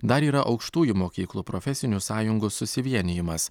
dar yra aukštųjų mokyklų profesinių sąjungų susivienijimas